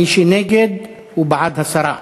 מי שנגד הוא בעד הסרה.